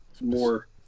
more